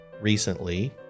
recently